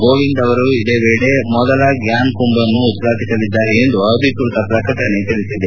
ಕೋವಿಂದ್ ಅವರು ಇದೇ ವೇಳೆ ಮೊದಲ ಗ್ಯಾನ್ ಕುಂಬ್ ಅನ್ನು ಉದ್ಘಾಟಿಸಲಿದ್ದಾರೆ ಎಂದು ಅಧಿಕೃತ ಪ್ರಕಟಣೆ ತಿಳಿಸಿದೆ